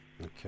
okay